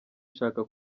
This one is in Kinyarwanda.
ishaka